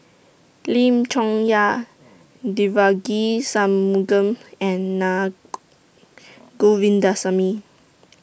Lim Chong Yah Devagi Sanmugam and Na Govindasamy